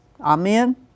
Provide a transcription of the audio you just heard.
Amen